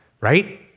Right